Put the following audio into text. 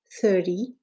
Thirty